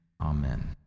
Amen